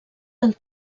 del